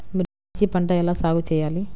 మిర్చి పంట ఎలా సాగు చేయాలి?